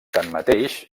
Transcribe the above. tanmateix